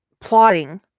plotting